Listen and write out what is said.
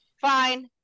fine